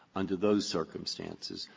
under those circumstances,